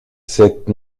cette